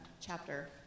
chapter